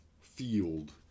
field